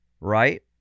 right